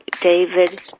David